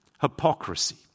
hypocrisy